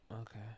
Okay